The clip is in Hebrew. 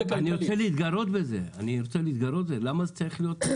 אני רוצה להתגרות בזה, למה זה צריך להיות ככה?